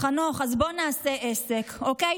חנוך, אז בוא נעשה עסק, אוקיי?